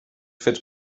fets